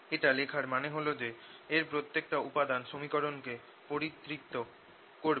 এটা লেখার মানে হল যে এর প্রত্যেকটা উপাদান সমীকরণকে পরিতৃপ্ত করবে